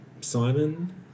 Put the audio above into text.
Simon